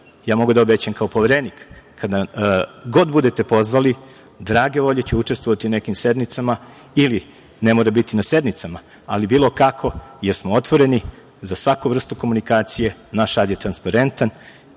ja mogu da obećam kao Poverenik, kada god nas budete pozvali, drage volje ću učestvovati u nekim sednicama ili, ne mora biti na sednicama, ali bilo kako, jer smo otvoreni za svaku vrstu komunikacije, naš rad je transparentan,